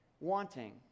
wanting